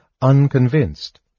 unconvinced